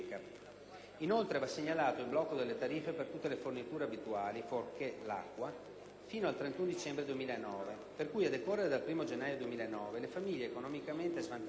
Inoltre, va segnalato il blocco delle tariffe per tutte le forniture abituali (fuorché l'acqua) fino al 31 dicembre 2009; per cui, a decorrere dal 1° gennaio 2009, le famiglie economicamente svantaggiate